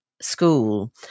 school